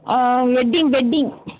wedding wedding